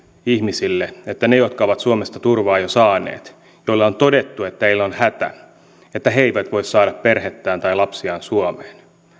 ihmisille että ne jotka ovat suomesta turvaa jo saaneet joista on todettu että heillä on hätä eivät voi saada perhettään tai lapsiaan suomeen